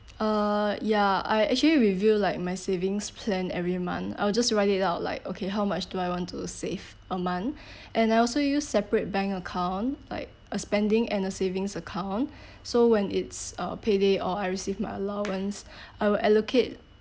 uh ya I actually review like my savings plan every month I will just write it out like okay how much do I want to save a month and I also use separate bank account like a spending and a savings account so when it's uh pay day or I receive my allowance I will allocate